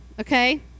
okay